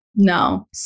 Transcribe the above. no